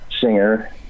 singer